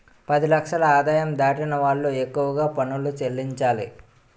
పది లక్షల ఆదాయం దాటిన వాళ్లు ఎక్కువగా పనులు చెల్లించాలి